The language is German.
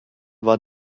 war